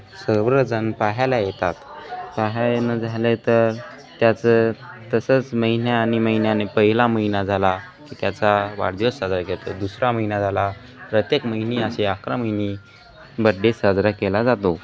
सर्वजण पाहायला येतात पाहाय येणं झाले तर त्याचं तसंच महिन्या आणि महिन्याने पहिला महिना झाला त्याचा वाढदिवस साजरा केतो दुसरा महिना झाला प्रत्येक महिनी अशी अकरा महिनी बड्डे साजरा केला जातो